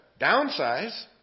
downsize